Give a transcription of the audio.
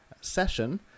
session